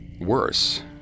Worse